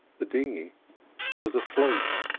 the dinghy was afloat.